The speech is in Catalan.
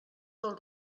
del